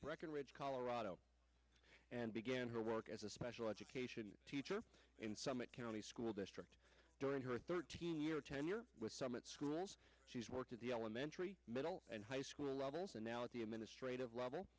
breckenridge colorado and began her work as a special education teacher in summit county school district during her thirteen year tenure with some at schools she's worked at the elementary middle and high school now at the administrative level